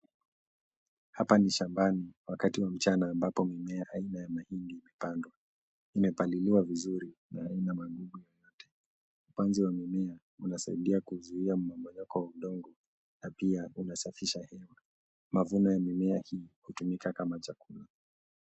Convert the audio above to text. Hapa ni shambani, wakati wa mchana ambapo mimea aina ya mahindi imepandwa. Imepandiliwa vizuri na haina magugu yoyote. Upanzi wa mimea unasaidia kuzuia mmomonyoko wa udongo na pia unasafisha hewa. Mavuno ya mimea hii hutumika kama chakula.